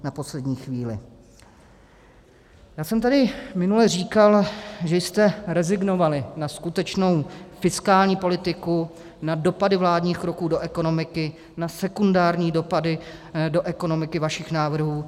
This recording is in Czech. Já jsem tady minule říkal, že jste rezignovali na skutečnou fiskální politiku, na dopady vládních kroků do ekonomiky, na sekundární dopady do ekonomiky vašich návrhů.